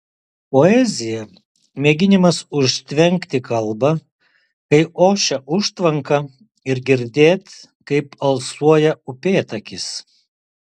poezija mėginimas užtvenkti kalbą kai ošia užtvanka ir girdėt kaip alsuoja upėtakis